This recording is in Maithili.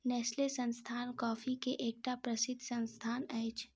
नेस्ले संस्थान कॉफ़ी के एकटा प्रसिद्ध संस्थान अछि